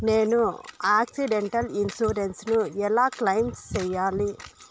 నేను accidental insurance ను ఎలా క్లెయిమ్ సేయాలి?